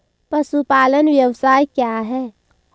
पशुपालन व्यवसाय क्या है?